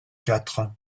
quatre